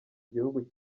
gihugu